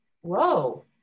whoa